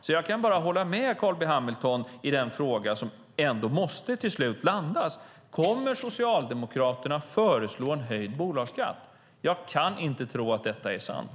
Jag kan därför bara hålla med Carl B Hamilton i den fråga som ändå till slut måste landas: Kommer Socialdemokraterna att föreslå en höjd bolagsskatt? Jag kan inte tro att detta är sant.